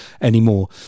anymore